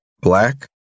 Black